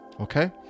okay